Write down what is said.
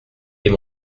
est